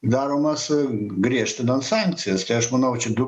daromas griežtinant sankcijas tai aš manau čia du